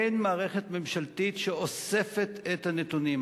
אין מערכת ממשלתית שאוספת את הנתונים.